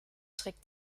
trick